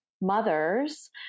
mothers